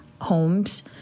homes